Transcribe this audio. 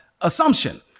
Assumption